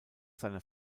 seiner